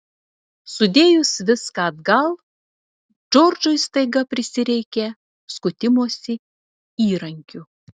sudėjus viską atgal džordžui staiga prisireikė skutimosi įrankių